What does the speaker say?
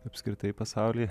apskritai pasaulyje